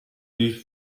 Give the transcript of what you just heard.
used